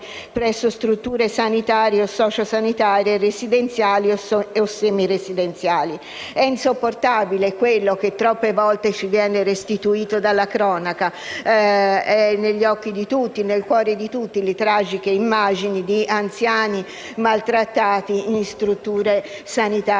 presso strutture sanitarie e sociosanitarie, residenziali o semiresidenziali. È insopportabile quello che troppe volte ci viene restituito dalla cronaca. Sono negli occhi e nei cuori di tutti le tragiche immagini di anziani maltrattati in strutture sanitarie